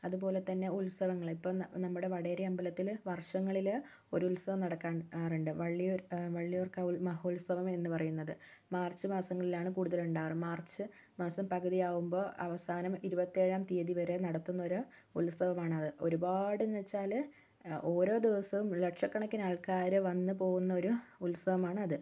അതുപോലെതന്നെ ഉത്സവങ്ങള് ഇപ്പോള് നമ്മുടെ വടേരി അമ്പലത്തില് വർഷങ്ങളില് ഒരുത്സവം നടക്കാറുണ്ട് വള്ളിയൂർക്കാവ് മഹോത്സവം എന്നുപറയുന്നത് മാർച്ച് മാസങ്ങളിലാണ് കൂടുതലും ഉണ്ടാകാറ് മാർച്ച് മാസം പകുതിയാകുമ്പോള് അവസാനം ഇരുപത്തിയേഴാം തീയതി വരെ നടത്തുന്നൊരു ഉത്സവമാണത് ഒരുപാടെന്നുവെച്ചാല് ഓരോ ദിവസവും ലക്ഷക്കണക്കിന് ആൾക്കാര് വന്നുപോകുന്നൊരു ഉത്സവമാണ് അത്